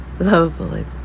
Lovely